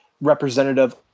representative